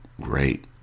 great